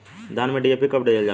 धान में डी.ए.पी कब दिहल जाला?